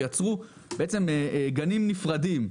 ויצרו גנים נפרדים: